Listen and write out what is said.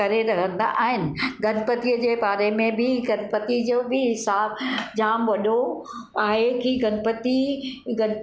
करे रहंदा आहिनि गनपतिअ जे बारे में बि गणपति जो बि हिसाब जाम वॾो आहे की गनपति गन